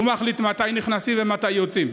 הוא שמחליט מתי נכנסים ומתי יוצאים.